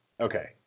Okay